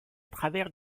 travers